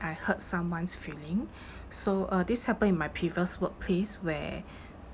I hurt someone's feeling so uh this happened in my previous workplace where